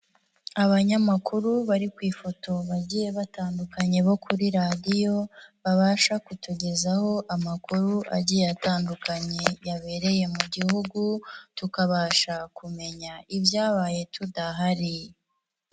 Abanyamakuru bari ku ifoto bagiye batandukanye bo kuri radiyo, babasha kutugezaho amakuru agiye atandukanye yabereye mu gihugu, tukabasha kumenya ibyabaye tudahari.